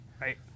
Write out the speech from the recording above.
Right